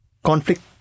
Conflict